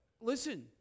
listen